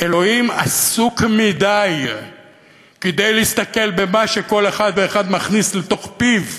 אלוהים עסוק מדי כדי להסתכל במה שכל אחד ואחד מכניס לתוך פיו,